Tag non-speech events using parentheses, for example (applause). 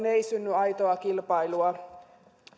(unintelligible) ei synny aitoa kilpailua